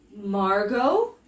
Margot